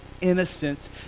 innocence